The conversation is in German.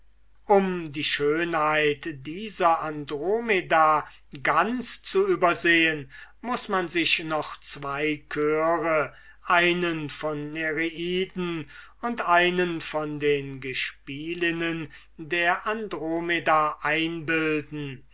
um die schönheit dieser andromeda ganz zu übersehen muß man sich noch zwei chöre einen von nereiden und einen von den gespielinnen der andromeda einbilden